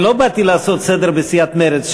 אני לא באתי לעשות סדר בסיעת מרצ,